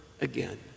again